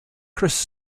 chris